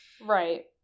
right